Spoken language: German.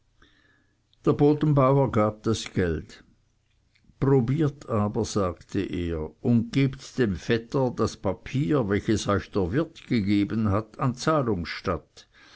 der bodenbauer gab das geld probiert aber sagte er und gebt dem vetter das papier welches euch der wirt gegeben hat an